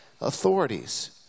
authorities